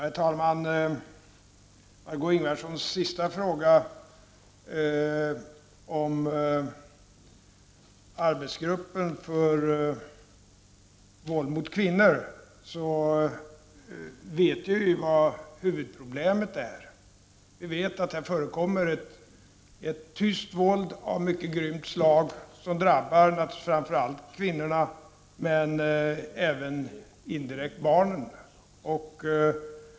Herr talman! Svaret på Margö Ingvardssons sista fråga om arbetsgruppen som är tillsatt för att bekämpa våldet mot kvinnor är att vi vet vad huvudproblemen är. Vi vet att det förekommer ett tyst våld av mycket grymt slag som naturligtvis framför allt drabbar kvinnorna men även, indirekt, barnen.